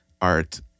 art